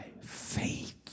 faith